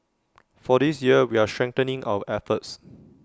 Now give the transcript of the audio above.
for this year we're strengthening our efforts